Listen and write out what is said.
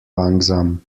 langsam